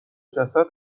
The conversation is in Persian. جسد